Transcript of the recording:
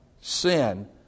sin